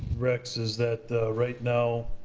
rex, is that right now,